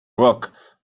rock